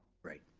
right,